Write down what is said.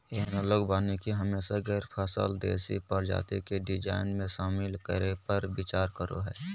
analogue वानिकी हमेशा गैर फसल देशी प्रजाति के डिजाइन में, शामिल करै पर विचार करो हइ